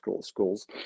schools